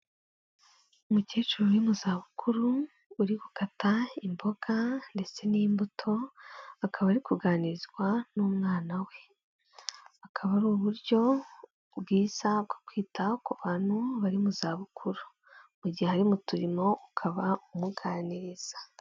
Umukecuru uri mu za bukuru uri gukata imboga ndetse n'imbuto akaba ari kuganirizwa n'umwana we, akaba ari uburyo bwiza bwo kwita ku bantu bari mu za bukuru mu gihe ari mu turimo ukaba umuganiriza.